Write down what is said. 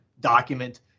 document